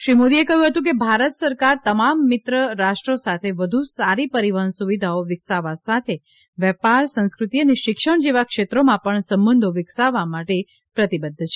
શ્રી મોદીએ કહ્યું હતું કે ભારત સરકાર તમામ મિત્ર રાષ્ટ્રો સાથે વધુ સારી પરિવહન સુવિધાઓ વિકસાવવા સાથે વેપાર સંસ્કૃતિ અને શિક્ષણ જેવા ક્ષેત્રોમાં પણ સંબંધો વિકસાવવા માટે પ્રતિબદ્ધ છે